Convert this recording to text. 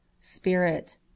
Spirit